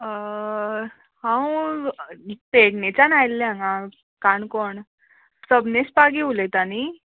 हांव पेडणेच्यान आयल्ले हागां काणकोण सबनिस पागी उलयतां न्ही